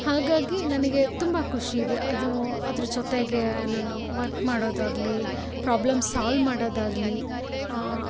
ಹಾಗಾಗಿ ನನಗೆ ತುಂಬ ಖುಷಿ ಇದೆ ಅದೂ ಅದರ ಜೊತೆಗೆ ನಾನು ವರ್ಕ್ ಮಾಡೋದಾಗಲಿ ಪ್ರಾಬ್ಲಮ್ ಸಾಲ್ವ್ ಮಾಡೋದಾಗಲಿ